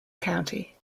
county